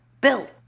Bill